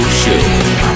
show